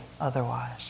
otherwise